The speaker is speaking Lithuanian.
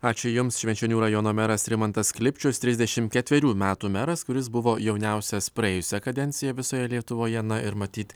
ačiū jums švenčionių rajono meras rimantas klipčius trisdešimt ketverių metų meras kuris buvo jauniausias praėjusią kadenciją visoje lietuvoje ir matyt